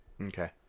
Okay